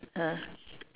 ah